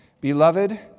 beloved